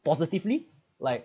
positively like